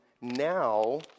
now